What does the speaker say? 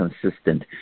consistent